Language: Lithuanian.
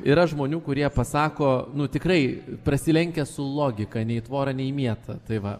yra žmonių kurie pasako nu tikrai prasilenkia su logika nei į tvorą nei į mietą tai va